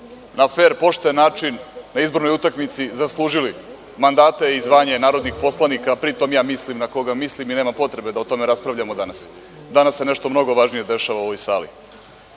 na fer pošten način na izbornoj utakmici zaslužili mandate i zvanje narodnih poslanika, pri tom ja mislim na koga mislim, nema potrebe da o tome raspravljamo danas. Danas se nešto mnogo važnije dešava u ovoj